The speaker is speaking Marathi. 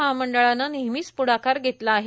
महामंडळानं नेहमीच प्ढाकार घेतला आहे